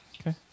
Okay